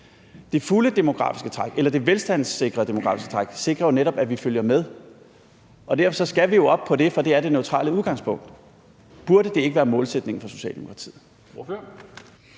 Det fulde demografiske træk, eller det velstandssikrede demografiske træk, sikrer jo netop, at vi følger med. Derfor skal vi op på det, for det er det neutrale udgangspunkt. Burde det ikke være målsætningen for Socialdemokratiet?